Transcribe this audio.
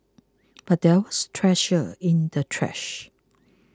but there was treasure in the trash